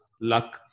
luck